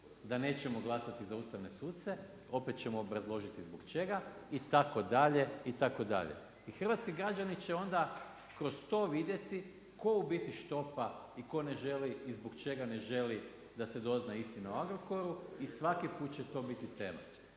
da nećemo glasati za ustavne suce opet ćemo obrazložiti zbog čega, itd., itd.. I hrvatski građani će onda kroz to vidjeti tko u biti štopa i tko ne želi i zbog čega ne želi da se dozna istina o Agrokoru i svaki put će to biti tema.